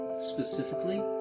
Specifically